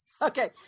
Okay